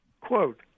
quote